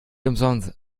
umsonst